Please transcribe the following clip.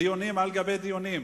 דיונים על גבי דיונים.